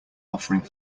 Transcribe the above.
offering